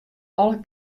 alle